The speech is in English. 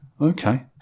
Okay